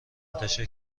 منتشر